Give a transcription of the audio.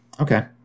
Okay